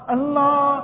Allah